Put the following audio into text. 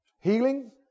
healing